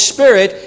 Spirit